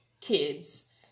kids